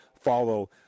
follow